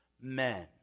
men